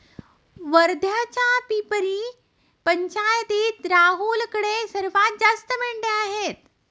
वर्ध्याच्या पिपरी पंचायतीत राहुलकडे सर्वात जास्त मेंढ्या आहेत